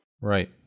Right